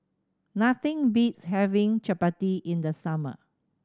nothing beats having chappati in the summer